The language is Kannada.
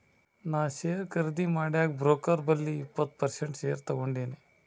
ನಾ ಶೇರ್ ಖರ್ದಿ ಮಾಡಾಗ್ ಬ್ರೋಕರ್ ಬಲ್ಲಿ ಇಪ್ಪತ್ ಪರ್ಸೆಂಟ್ ಶೇರ್ ತಗೊಂಡಿನಿ